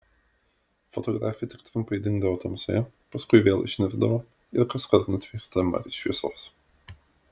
fotografė tik trumpai dingdavo tamsoje paskui vėl išnirdavo ir kaskart nutvieksta mari šviesos